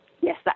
yes